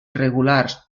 regulars